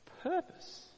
purpose